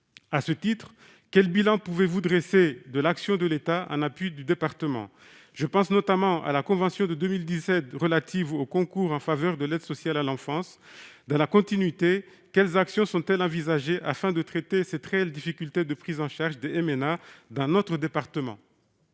À ce titre, quel bilan pouvez-vous dresser de l'action de l'État en appui du département ? Je pense notamment à la convention de 2017 relative aux concours en faveur de l'ASE. Dans la continuité, quelles actions sont-elles envisagées pour traiter cette réelle difficulté de prise en charge des MNA dans notre département ?